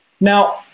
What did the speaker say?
now